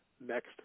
next